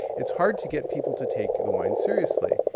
it's hard to get people to take the wine seriously.